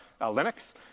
Linux